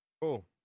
Cool